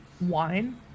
wine